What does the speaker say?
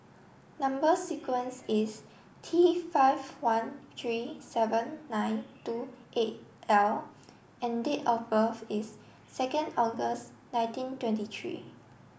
number sequence is T five one three seven nine two eight L and date of birth is second August nineteen twenty three